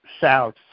south